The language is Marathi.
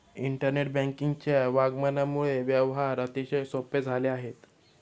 इंटरनेट बँकिंगच्या आगमनामुळे व्यवहार अतिशय सोपे झाले आहेत